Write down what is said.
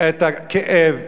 את הכאב,